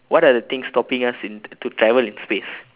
what are the things stopping us in to travel in space